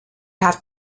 have